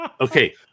okay